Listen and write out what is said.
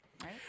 right